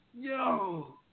Yo